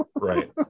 right